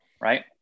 right